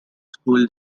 school